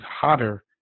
hotter